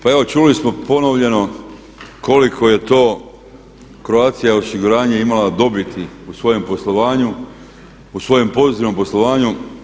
Pa evo čuli smo ponovljeno koliko je to Croatia osiguranje imalo dobiti u svojem poslovanju, u svojem pozitivnom poslovanju.